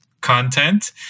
content